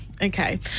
Okay